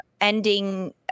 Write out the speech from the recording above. ending